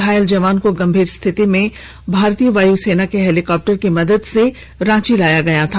घायल जवान को गंभीर स्थिति में भारतीय वायु सेना के हेलीकॉप्टर की मदद से रांची लाया गया था